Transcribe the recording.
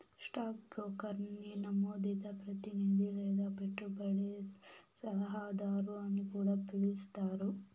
stock బ్రోకర్ని నమోదిత ప్రతినిది లేదా పెట్టుబడి సలహాదారు అని కూడా పిలిస్తారు